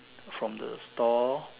from the store